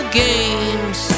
games